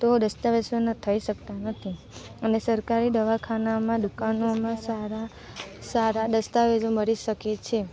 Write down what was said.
તો દસ્તાવેજોના થઈ શકતા નથી અને સરકારી દવાખાનામાં દુકાનોમાં સારા સારા દસ્તાવેજો મળી શકે છે